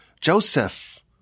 Joseph